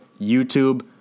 YouTube